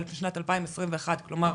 בשנת 2021. כלומר,